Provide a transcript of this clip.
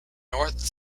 north